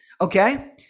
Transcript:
Okay